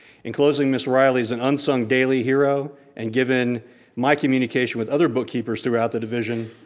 in closing, miss riley's an unsung daily hero and given my communication with other bookkeepers throughout the division,